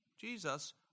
Jesus